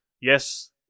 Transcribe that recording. yes